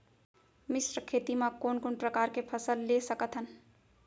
मिश्र खेती मा कोन कोन प्रकार के फसल ले सकत हन?